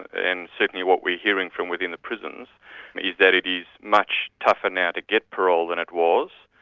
and certainly what we're hearing from within the prisons is that it is much tougher now to get parole than it was,